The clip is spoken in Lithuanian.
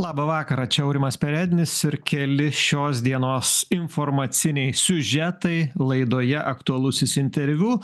labą vakarą čia aurimas perednis ir keli šios dienos informaciniai siužetai laidoje aktualusis interviu